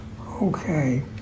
Okay